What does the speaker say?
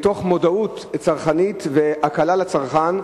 מתוך מודעות צרכנית ולהקלה על הצרכן.